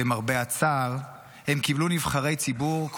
למרבה הצער,